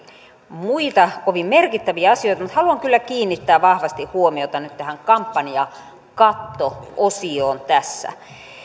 muita kovin merkittäviä asioita mutta haluan kyllä kiinnittää vahvasti huomiota nyt tähän kampanjakatto osioon tässä